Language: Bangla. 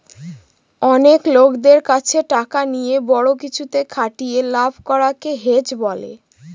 অনেক লোকদের কাছে টাকা নিয়ে বড়ো কিছুতে খাটিয়ে লাভ করাকে হেজ বলে